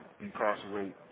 Incarcerate